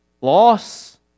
Loss